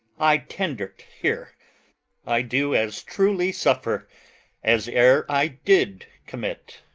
i tender t here i do as truly suffer as e'er i did commit.